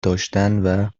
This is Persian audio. داشتن